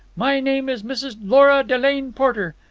my name is mrs. lora delane porter.